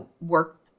work